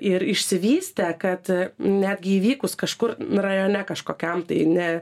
ir išsivystę kad netgi įvykus kažkur rajone kažkokiam tai ne